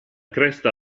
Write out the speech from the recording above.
cresta